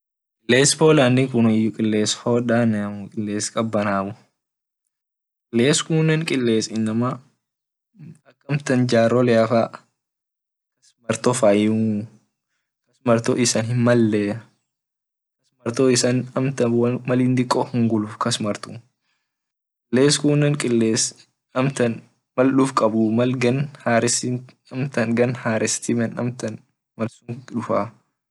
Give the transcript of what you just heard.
Kiles poland kun kilesa hodamuu kabanamuu kiles kunne kiles amtan guda jaroleafa faimuu marto isan hinmalle mal in hunguluf kiles kunne kiles amtan mal duf kabanu mala ak ganna hares timen dufaa.